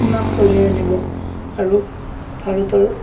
সুনাম কঢ়িয়াই আনিব আৰু ভাৰতৰ